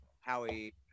howie